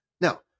Now